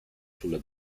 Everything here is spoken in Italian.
sulla